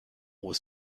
was